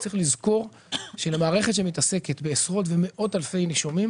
צריך לזכור שלמערכת שמתעסקת בעשרות ומאות אלפי נישומים